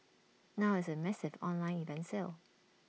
now it's A massive online event sale